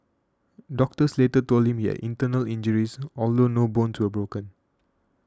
doctors later told him he had internal injuries although no bones were broken